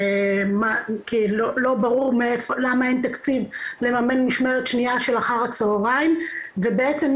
כי לא ברור למה אין תקציב לממן משמרת שנייה של אחר הצוהריים ובעצם,